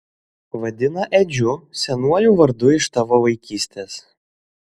vadina edžiu senuoju vardu iš tavo vaikystės